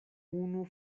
unu